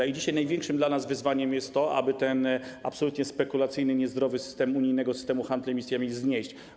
I dzisiaj największym dla nas wyzwaniem jest to, aby ten absolutnie spekulacyjny, niezdrowy system unijnego handlu emisjami znieść.